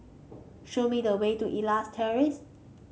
show me the way to Elias Terrace